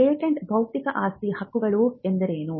patent ಬೌದ್ಧಿಕ ಆಸ್ತಿ ಹಕ್ಕುಗಳು ಎಂದರೇನು